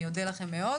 אני אודה לכם מאוד.